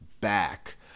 back